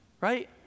right